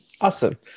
Awesome